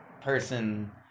person